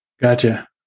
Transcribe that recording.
Gotcha